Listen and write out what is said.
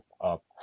up